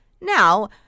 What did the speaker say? Now